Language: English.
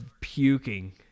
puking